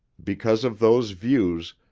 because of those views,